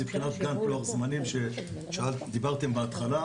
מבחינת לוח הזמנים שדיברתם עליו בהתחלה,